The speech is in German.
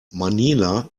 manila